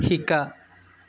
শিকা